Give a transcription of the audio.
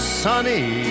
sunny